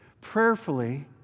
prayerfully